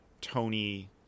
Tony